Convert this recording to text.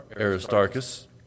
Aristarchus